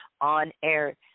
on-air